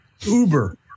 Uber